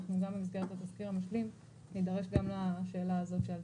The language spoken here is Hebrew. במסגרת התזכיר המשלים נידרש גם לשאלה הזאת.